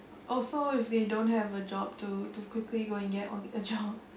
also if they don't have a job to to quickly go and get a job